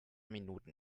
minuten